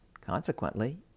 consequently